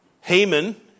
Haman